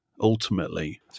ultimately